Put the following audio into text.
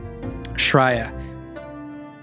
Shraya